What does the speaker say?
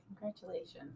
Congratulations